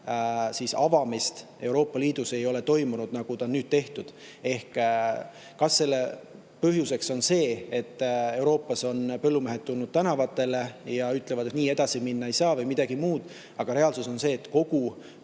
avamist Euroopa Liidus seni ei ole toimunud, nagu nüüd on tehtud. Kas selle põhjuseks on see, et Euroopas on põllumehed tulnud tänavatele ja ütlevad, et nii edasi minna ei saa, või midagi muud, aga reaalsus on see, et kogu